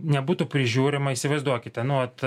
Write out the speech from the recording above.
nebūtų prižiūrima įsivaizduokite nu vat